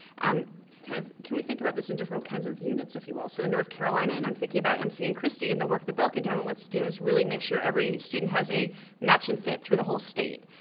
um kind of, can we think about this in different kinds of units, if you will? so in north carolina, and i'm thinking about mc and christie and the work that belkademlits do is really make sure every student has a match and fit through the whole state.